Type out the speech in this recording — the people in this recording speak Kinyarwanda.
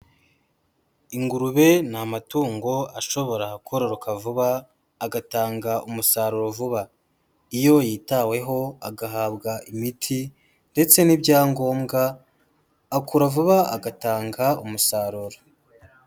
Ingurube ni amatungo ashobora kororoka vuba agatanga umusaruro vuba. Iyo yitaweho agahabwa imiti ndetse n'ibyangombwa akura vuba agatanga umusaruro.